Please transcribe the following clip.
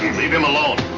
leave him alone!